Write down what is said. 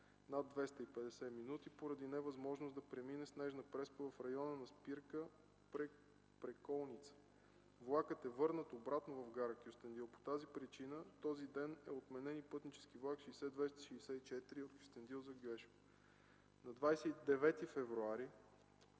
над 250 минути, поради невъзможност да премине снежна преспа в района на спирка „Преколница”. Влакът е върнат обратно в гара Кюстендил. По тази причина този ден е отменен и пътнически влак № 60264 от Кюстендил за Гюешево. На 29 февруари,